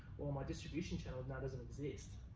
well, my distribution channel, now, doesn't exist.